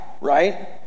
right